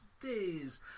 days